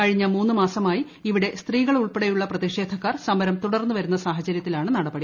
കഴിഞ്ഞ മൂന്ന് മാസമായി ഇവിടെ സ്ത്രീകളൂൾപ്പെടെയുള്ള പ്രതിഷേധക്കാർ സമരം തുടർന്നു വരുന്ന സാഹചര്യത്തിലാണ് നടപടി